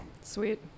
sweet